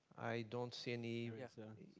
i don't see any. yeah